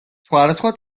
სხვადასხვა